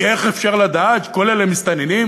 כי איך אפשר לדעת שכל אלה מסתננים?